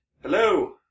Hello